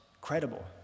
credible